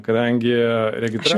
kadangi regitra